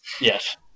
Yes